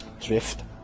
Drift